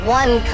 one